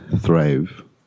thrive